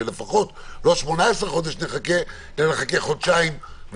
ולפחות לא 18 חודש נחכה אלא נחכה חודשיים,